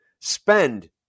spend